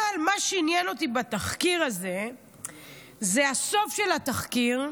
אבל מה שעניין אותי בתחקיר הזה זה הסוף של התחקיר,